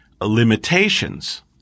limitations